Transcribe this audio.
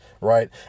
right